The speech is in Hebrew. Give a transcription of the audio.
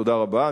תודה רבה.